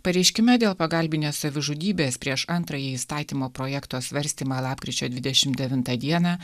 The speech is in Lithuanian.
pareiškime dėl pagalbinės savižudybės prieš antrąjį įstatymo projekto svarstymą lapkričio dvidešimt devintą dieną